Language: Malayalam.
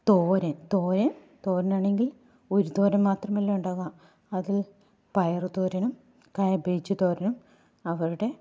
തോരൻ തോരൻ തോരനാണെങ്കിൽ ഒരു തോരൻ മാത്രമല്ല ഉണ്ടാവുക അതു പയർ തോരനും ക്യാബേജ് തോരനും അവരുടെ